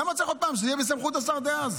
למה צריך עוד פעם שזה יהיה בסמכות השר דאז?